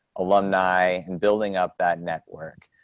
alumni and building up that network.